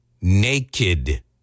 naked